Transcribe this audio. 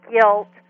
guilt